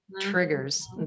triggers